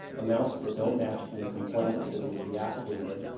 amounts that don't match from the complaint to the affidavit,